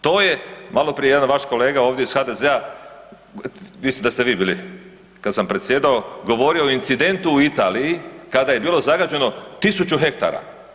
To je malo prije jedan vaš kolega ovdje iz HDZ-a, mislim da ste vi bili kad sam predsjedao, govorio o incidentu u Italiji kada je bilo zagađeno 1000 hektara.